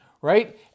right